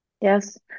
yes